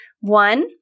One